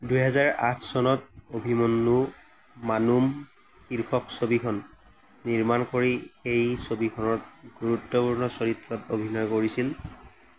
দুহেজাৰ আঠ চনত অভিমন্যু নানুম শীৰ্ষক ছবিখন নিৰ্মাণ কৰি সেই ছবিখনত গুৰুত্বপূৰ্ণ চৰিত্ৰত অভিনয় কৰিছিল